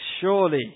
Surely